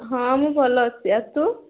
ହଁ ମୁଁ ଭଲ ଅଛି ଆଉ ତୁ